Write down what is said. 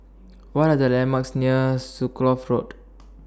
What Are The landmarks near Road